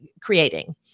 creating